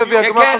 בדיוק.